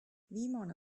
viimane